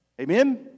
amen